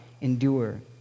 endure